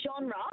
genre